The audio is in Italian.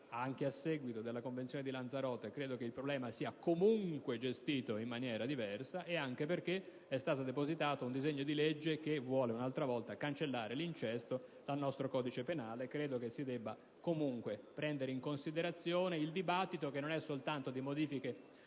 anche a seguito della Convenzione di Lanzarote, credo che il problema sia gestito in maniera diversa ed anche perché è stato depositato un disegno di legge che vuole, ancora una volta, cancellare l'incesto dal nostro codice penale. Credo si debba comunque prendere in considerazione il dibattito che non è teso soltanto alla modifica